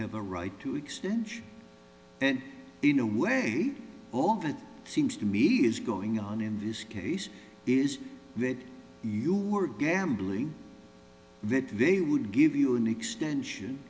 have a right to exchange and in a way all that seems to me is going on in this case is that you were gambling that they would give you an extension